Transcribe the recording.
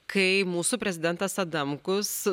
kai mūsų prezidentas adamkus